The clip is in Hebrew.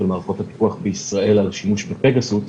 מערכות הפיקוח בישראל על השימוש בפגסוס,